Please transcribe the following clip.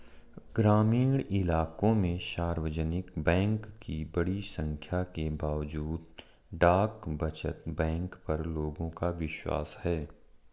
ग्रामीण इलाकों में सार्वजनिक बैंक की बड़ी संख्या के बावजूद डाक बचत बैंक पर लोगों का विश्वास है